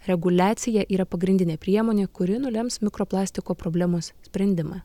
reguliacija yra pagrindinė priemonė kuri nulems mikroplastiko problemos sprendimą